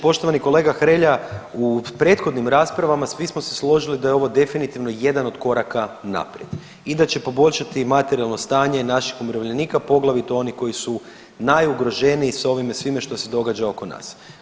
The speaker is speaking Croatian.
Poštovani kolega Hrelja, u prethodnim raspravama svi smo se složili da je ovo definitivno jedan od koraka naprijed i da će poboljšati materijalno stanje naših umirovljenika poglavito oni koji su najugroženiji sa ovime svime što se događa oko nas.